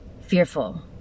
fearful